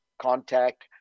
contact